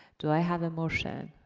do i have a motion?